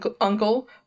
uncle